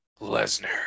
Lesnar